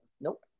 Nope